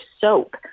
soap